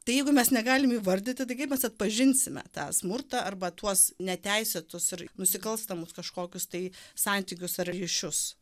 tai jeigu mes negalim įvardyti tai kaip mes atpažinsime tą smurtą arba tuos neteisėtus ir nusikalstamus kažkokius tai santykius ar ryšius